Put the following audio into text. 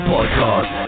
Podcast